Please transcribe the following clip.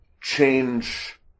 change